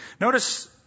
Notice